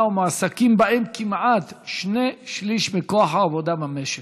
ומועסקים בהם כמעט שני שליש מכוח העבודה במשק.